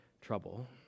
trouble